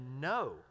no